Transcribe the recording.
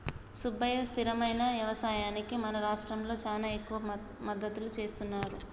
సుబ్బయ్య స్థిరమైన యవసాయానికి మన రాష్ట్రంలో చానా ఎక్కువ మద్దతు సేస్తున్నారు